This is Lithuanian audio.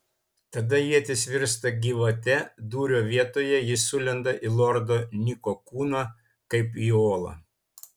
tada ietis virsta gyvate dūrio vietoje ji sulenda į lordo niko kūną kaip į olą